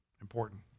Important